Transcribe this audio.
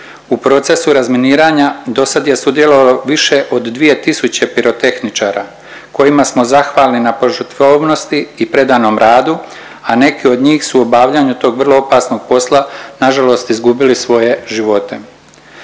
U procesu razminiranja do sad je sudjelovalo više od 2 tisuće pirotehničara, kojima smo zahvalni na požrtvovnosti i predanom radu, a neki od njih su u obavljanju tog vrlo opasnog posla, nažalost izgubili svoje živote.